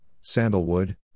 sandalwood